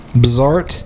bizarre